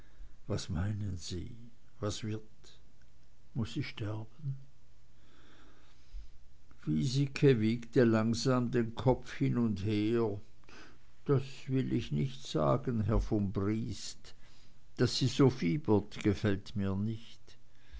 was meinen sie was wird muß sie sterben wiesike wiegte den kopf langsam hin und her das will ich nicht sagen herr von briest daß sie so fiebert gefällt mir nicht